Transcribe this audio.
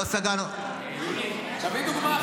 לא סגרנו --- תביא דוגמה אחת.